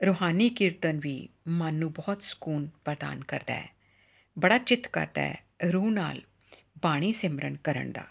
ਰੂਹਾਨੀ ਕੀਰਤਨ ਵੀ ਮਨ ਨੂੰ ਬਹੁਤ ਸਕੂਨ ਪ੍ਰਦਾਨ ਕਰਦਾ ਹੈ ਬੜਾ ਚਿੱਤ ਕਰਦਾ ਹੈ ਰੂਹ ਨਾਲ ਬਾਣੀ ਸਿਮਰਨ ਕਰਨ ਦਾ